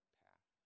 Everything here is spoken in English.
path